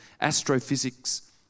astrophysics